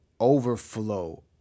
overflow